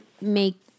make